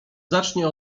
zacznie